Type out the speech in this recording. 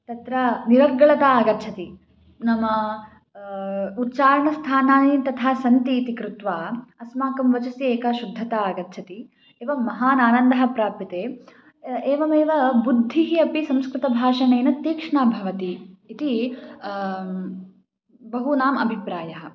तत्र निरर्गलता आगच्छति नाम उच्चारणस्थानानि तथा सन्ति इति कृत्वा अस्माकं वचसि एका शुद्धता आगच्छति एवं महान् आनन्दः प्राप्यते एवमेव बुद्धिः अपि संस्कृतभाषणेन तीक्ष्णा भवति इति बहूनाम् अभिप्रायः